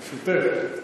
ברשותך.